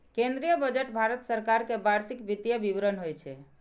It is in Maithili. केंद्रीय बजट भारत सरकार के वार्षिक वित्तीय विवरण होइ छै